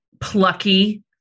plucky